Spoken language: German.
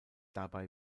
dabei